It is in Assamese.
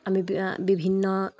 আমি বিভিন্ন